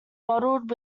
bottled